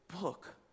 book